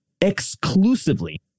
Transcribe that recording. exclusively